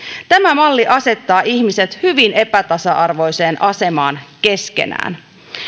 tämä malli asettaa ihmiset hyvin epätasa arvoiseen asemaan keskenään